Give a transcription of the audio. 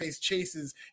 chases